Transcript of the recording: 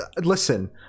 listen